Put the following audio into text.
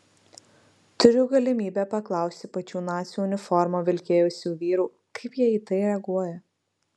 turiu galimybę paklausti pačių nacių uniformą vilkėjusių vyrų kaip jie į tai reaguoja